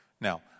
Now